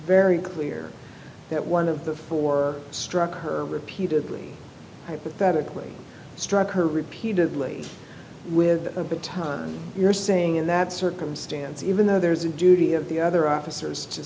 very clear that one of the four struck her repeatedly hypothetically struck her repeatedly with a baton you're saying in that circumstance even though there's a duty of the other officers